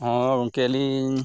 ᱦᱚᱸ ᱜᱚᱢᱠᱮ ᱟᱹᱞᱤᱧ